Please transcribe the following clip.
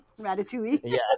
ratatouille